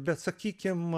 bet sakykim